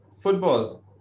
Football